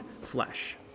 flesh